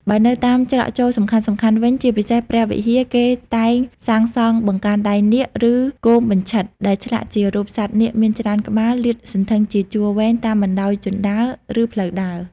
បើនៅតាមច្រកចូលសំខាន់ៗវិញ ជាពិសេសព្រះវិហារ គេតែងសាងសង់បង្កាន់ដៃនាគ ឬគោមបញ្ឆិត ដែលឆ្លាក់ជារូបសត្វនាគមានច្រើនក្បាល លាតសន្ធឹងជាជួរវែងតាមបណ្តោយជណ្តើរ ឬផ្លូវដើរ។